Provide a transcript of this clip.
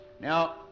Now